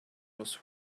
was